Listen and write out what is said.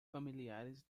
familiares